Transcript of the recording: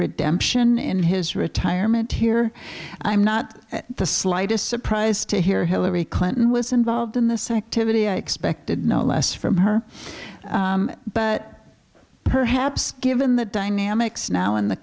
redemption in his retirement here i'm not the slightest surprised to hear hillary clinton was involved in the sanctity i expected no less from her but perhaps given the dynamics now in the